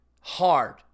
hard